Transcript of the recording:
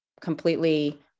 completely